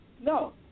No